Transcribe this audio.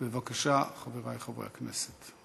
בבקשה, חברי חברי הכנסת.